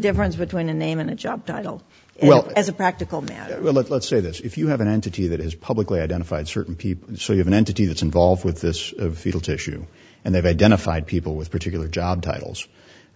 difference between a name and a job title well as a practical matter let's say that if you have an entity that is publicly identified certain people and so you have an entity that's involved with this of fetal tissue and they've identified people with particular job titles